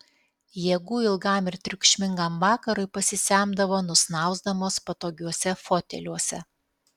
jėgų ilgam ir triukšmingam vakarui pasisemdavo nusnausdamos patogiuose foteliuose